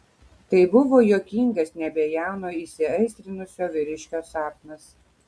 tai buvo juokingas nebejauno įsiaistrinusio vyriškio sapnas